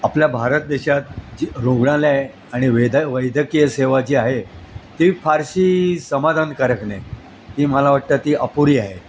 आपल्या भारत देशात जी रुग्णालय आणि वैद वैद्यकीय सेवा जी आहे ती फारशी समाधानकारक नाही ती मला वाटतं ती अपुरी आहे